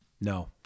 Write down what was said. No